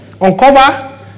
Uncover